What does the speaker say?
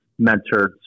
mentored